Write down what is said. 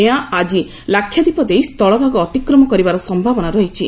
ଏହା ଆଜି ଲକ୍ଷଦୀପ ଦେଇ ସ୍ଥୁଳଭାଗ ଅତିକ୍ରମ କରିବାର ସମ୍ଭାବନା ରହିଛି